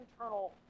internal